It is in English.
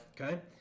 Okay